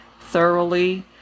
thoroughly